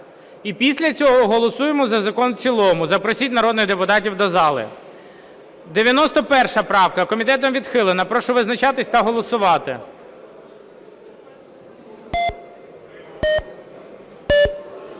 і після цього голосуємо за закон в цілому. Запросить народних депутатів до зали. 91 правка. Комітетом відхилена. Прошу визначатися та голосувати.